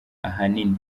ahanini